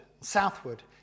southward